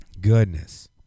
Goodness